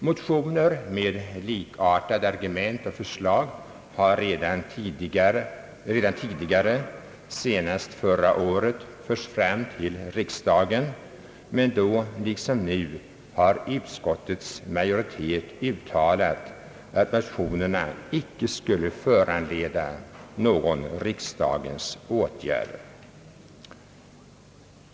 Motioner med likartade argument och förslag har redan tidigare — senast förra året — förts fram till riksdagen, men då liksom nu har utskottets majoritet föreslagit att motionerna icke skulle föranleda någon riksdagens åtgärd.